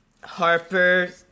Harper